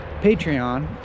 Patreon